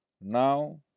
Now